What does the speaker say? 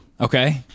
Okay